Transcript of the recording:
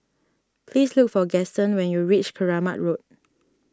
please look for Gaston when you reach Keramat Road